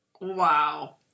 Wow